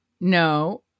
no